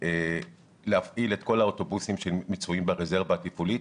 להפעיל את כל האוטובוסים שמצויים ברזרבה הטיפולית,